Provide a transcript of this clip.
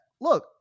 Look